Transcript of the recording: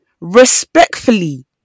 respectfully